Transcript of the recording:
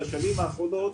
בשנים האחרונות,